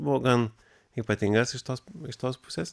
buvo gan ypatingas iš tos iš tos pusės